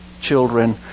children